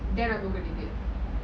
then I book the tickets